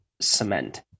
cement